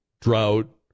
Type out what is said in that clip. drought